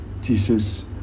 Jesus